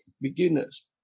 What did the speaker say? beginners